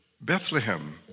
Bethlehem